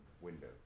window